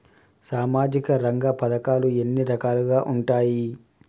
సామాజిక రంగ పథకాలు ఎన్ని రకాలుగా ఉంటాయి?